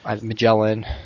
Magellan